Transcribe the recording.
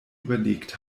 überlegt